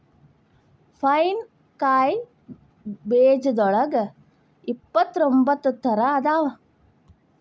pine ಕಾಯಿ ಬೇಜದೋಳಗ ಇಪ್ಪತ್ರೊಂಬತ್ತ ತರಾ ಅದಾವ